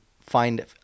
find